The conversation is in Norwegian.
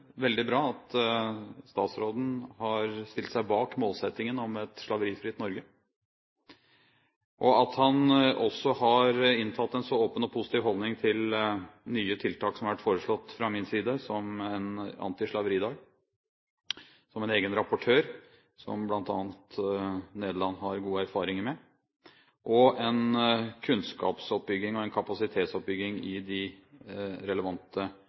veldig bra at statsråden har stilt seg bak målsettingen om et slaverifritt Norge, og at han også har inntatt en så åpen og positiv holdning til nye tiltak som har vært foreslått fra min side, som en Antislaveri-dag, som en egen rapportør, som bl.a. Nederland har gode erfaringer med, og en kunnskapsoppbygging og en kapasitetsoppbygging i de relevante